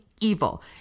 evil